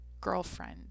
girlfriend